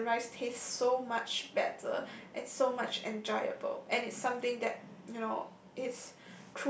makes the rice taste so much better and so much enjoyable and it's something that you know